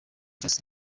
just